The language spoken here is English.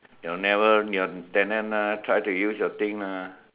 your neighbour your tenant lah tried to use your thing ah